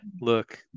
Look